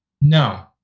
No